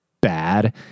bad